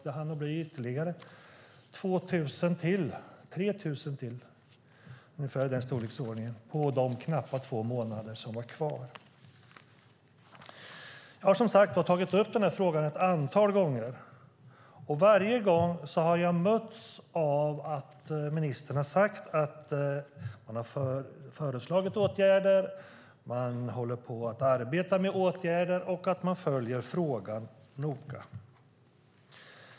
Det hann bli ungefär 3 000 till på de knappa två månader som var kvar. Jag har som sagt tagit upp den här frågan ett antal gånger. Varje gång har jag mötts av att ministern har sagt att hon har föreslagit åtgärder, att man håller på att arbeta med åtgärder och att man följer frågan noga.